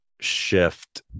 shift